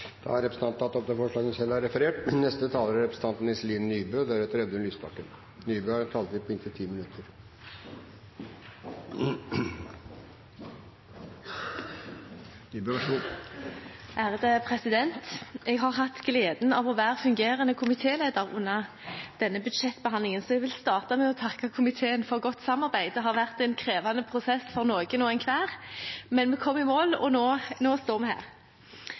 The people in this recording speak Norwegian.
Representanten Anne Tingelstad Wøien har tatt opp det forslaget hun refererte til. Jeg har hatt gleden av å være fungerende komitéleder under denne budsjettbehandlingen, og jeg vil starte med å takke komiteen for godt samarbeid. Det har vært en krevende prosess for noen hver, men vi kom i mål, og nå står vi her.